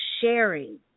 sharing